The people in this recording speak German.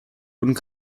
und